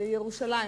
ירושלים.